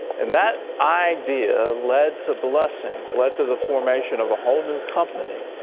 and that idea led to blessings, led to the formation of a whole new company,